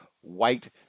white